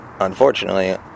Unfortunately